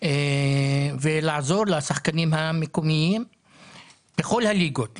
ולעזור לשחקנים המקומיים בכל הליגות,